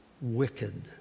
wicked